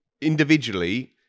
individually